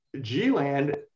G-Land